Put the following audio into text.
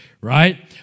right